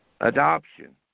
adoption